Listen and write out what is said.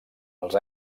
els